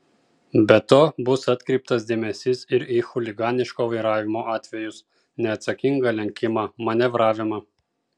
be to bus atkreiptas dėmesys ir į chuliganiško vairavimo atvejus neatsakingą lenkimą manevravimą